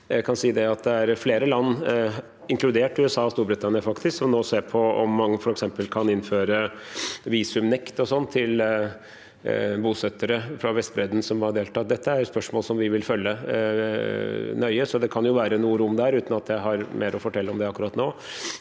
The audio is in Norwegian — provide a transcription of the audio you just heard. Jeg kan si nå at det er flere land – inkludert faktisk USA og Storbritannia – som nå ser på om man f.eks. kan innføre visumnekt for bosettere fra Vestbredden, som var delt av. Dette er spørsmål som vi vil følge nøye, så det kan være noe rom der, uten at jeg har mer å fortelle om det akkurat nå.